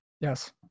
Yes